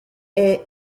est